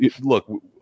look